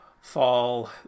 fall